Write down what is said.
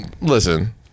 listen